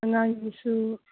ꯑꯉꯥꯡꯒꯤꯁꯨ